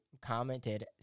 commented